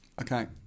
okay